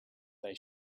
they